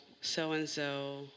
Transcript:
so-and-so